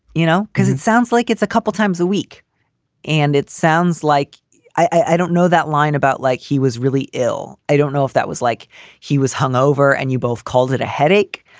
you know, because it sounds like it's a couple times a week and it sounds like i don't know that line about like he was really ill. i don't know if that was like he was hung over. and you both called it a headache.